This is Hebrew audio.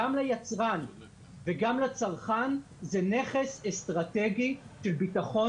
גם ליצרן וגם לצרכן זה נכס אסטרטגי של ביטחון